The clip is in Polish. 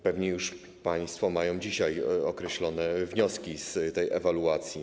Pewnie już państwo mają dzisiaj określone częściowe wnioski z tej ewaluacji.